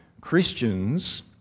Christians